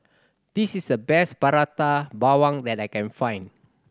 this is the best Prata Bawang that I can find